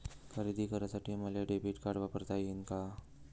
खरेदी करासाठी मले डेबिट कार्ड वापरता येईन का?